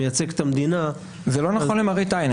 מייצג את המדינה --- אבל זה לא נכון למראית עין.